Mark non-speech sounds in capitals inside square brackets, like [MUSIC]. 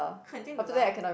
[NOISE] I think the las~